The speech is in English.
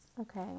Okay